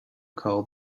call